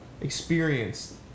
experienced